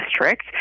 District